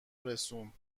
رسوند